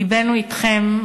לבנו אתכם.